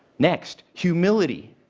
next, humility.